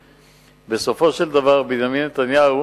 בסופו של דבר בנימין נתניהו